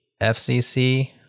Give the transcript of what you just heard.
FCC